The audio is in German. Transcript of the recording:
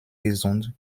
gesund